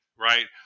right